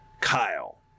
Kyle